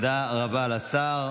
תודה רבה לשר.